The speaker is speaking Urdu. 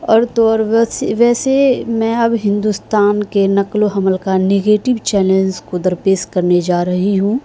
اور تو اور ویس ویسے میں اب ہندوستان کے نقل و حمل کا نگیٹو چیلنج کو درپیش کرنے جا رہی ہوں